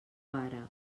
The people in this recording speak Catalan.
vara